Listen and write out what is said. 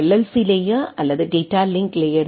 C layer அல்லது data link லேயரின் L